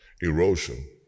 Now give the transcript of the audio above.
erosion